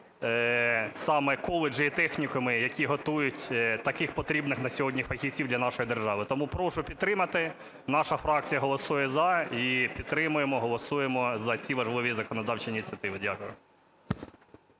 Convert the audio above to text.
саме коледжі і технікуми, які готують таких потрібних на сьогодні фахівців для нашої держави. Тому прошу підтримати. Наша фракція голосує "за", і підтримаємо, голосуємо за ці важливі законодавчі ініціативи. Дякую.